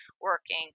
working